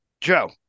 Joe